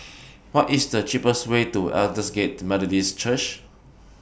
What IS The cheapest Way to Aldersgate Methodist Church